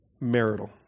marital